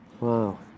Wow